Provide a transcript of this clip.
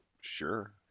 sure